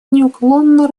неуклонно